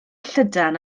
llydan